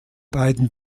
beiden